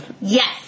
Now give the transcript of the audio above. Yes